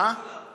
20 מיליון דולר.